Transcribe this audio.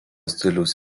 stiliaus